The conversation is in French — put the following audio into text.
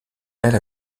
elle